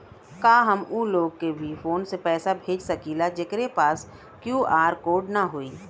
का हम ऊ लोग के भी फोन से पैसा भेज सकीला जेकरे पास क्यू.आर कोड न होई?